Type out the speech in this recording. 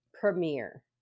premiere